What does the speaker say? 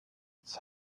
its